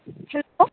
ठीक छै